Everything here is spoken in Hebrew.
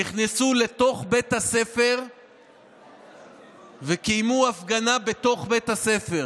נכנסו לתוך בית הספר וקיימו הפגנה בתוך בית הספר.